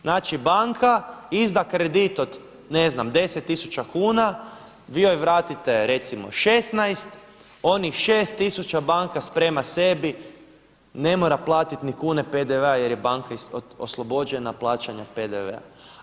Znači banka izda kredit od ne znam deset tisuća kuna, vi joj vratite recimo 16, onih šest tisuća banka sprema sebi ne mora platiti ni kune PDV-a jer je banka oslobođena plaćanja PDV-a.